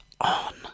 on